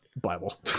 Bible